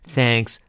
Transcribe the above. Thanks